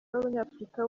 b’abanyafurika